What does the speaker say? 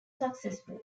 successful